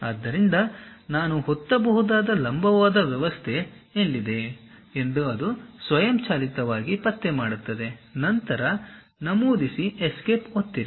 ಆದ್ದರಿಂದ ನಾನು ಒತ್ತಬಹುದಾದ ಲಂಬವಾದ ವ್ಯವಸ್ಥೆ ಎಲ್ಲಿದೆ ಎಂದು ಅದು ಸ್ವಯಂಚಾಲಿತವಾಗಿ ಪತ್ತೆ ಮಾಡುತ್ತದೆ ನಂತರ ನಮೂದಿಸಿ ಎಸ್ಕೇಪ್ ಒತ್ತಿರಿ